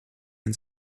ein